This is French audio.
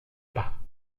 pas